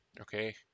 Okay